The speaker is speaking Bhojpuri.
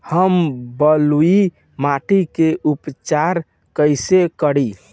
हम बलुइ माटी के उपचार कईसे करि?